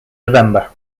november